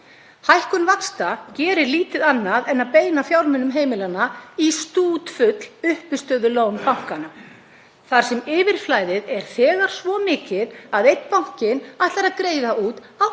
Hækkun vaxta gerir lítið annað en að beina fjármunum heimilanna í stútfull uppistöðulón bankanna þar sem yfirflæðið er þegar svo mikið að einn bankinn ætlar að greiða út 88